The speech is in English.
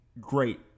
great